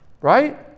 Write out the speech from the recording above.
right